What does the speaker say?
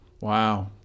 Wow